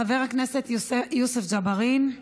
חבר הכנסת יוסף ג'בארין,